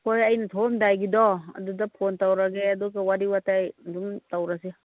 ꯍꯣꯏ ꯑꯩꯅ ꯊꯣꯛꯑꯝꯗꯥꯏꯒꯤꯗꯣ ꯑꯗꯨꯗ ꯐꯣꯟ ꯇꯧꯔꯒꯦ ꯑꯗꯨꯒ ꯋꯥꯔꯤ ꯋꯇꯥꯏ ꯑꯗꯨꯝ ꯇꯧꯔꯁꯤ